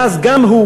מאז, גם הוא